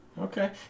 Okay